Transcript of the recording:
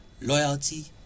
loyalty